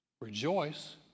Rejoice